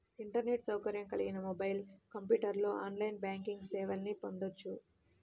internet సౌకర్యం కలిగిన mobile, కంప్యూటర్లో ఆన్లైన్ బ్యాంకింగ్ సేవల్ని పొందొచ్చు